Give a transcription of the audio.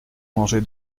mangez